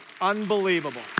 Unbelievable